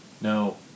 No